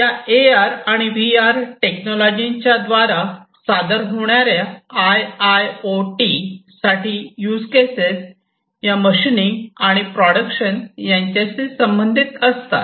या A R आणि V R टेक्नॉलॉजीच्या द्वारा सादर होणाऱ्या आय आय ओ टी साठी युज केसेस या मशिंनिंगआणि प्रोडक्शन यांच्याशी संबंधित असतात